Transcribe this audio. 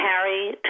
Harry